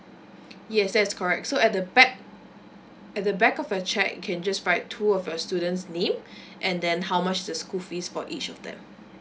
yes that's correct so at the back at the back of your cheque you can just write two of your students name and then how much the school fees for each of them